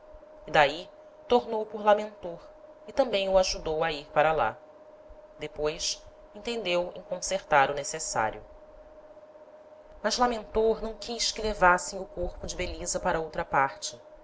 d'ahi tornou por lamentor e tambem o ajudou a ir para lá depois entendeu em concertar o necessario mas lamentor não quis que levassem o corpo de belisa para outra parte